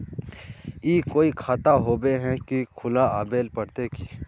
ई कोई खाता होबे है की खुला आबेल पड़ते की?